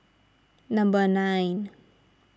number nine